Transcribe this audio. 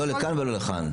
לא לכאן ולא לכאן.